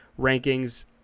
rankings